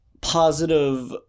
positive